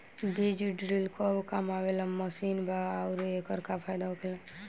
बीज ड्रील कब काम आवे वाला मशीन बा आऊर एकर का फायदा होखेला?